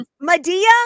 Medea